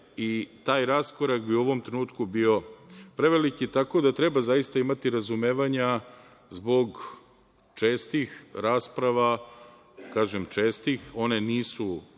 i taj raskorak bi u ovom trenutku bio preveliki, tako da treba imati razumevanja zbog čestih rasprava. Kada kažem česte, one nisu